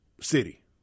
city